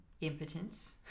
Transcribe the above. impotence